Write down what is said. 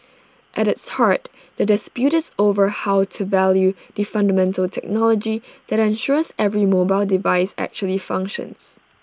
at its heart the dispute is over how to value the fundamental technology that ensures every mobile device actually functions